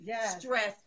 stress